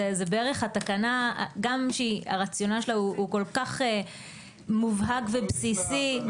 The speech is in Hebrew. זה בערך התקנה שגם הרציונל שלה הוא כל כך מובהק ובסיסי,